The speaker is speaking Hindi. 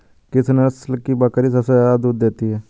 किस नस्ल की बकरी सबसे ज्यादा दूध देती है?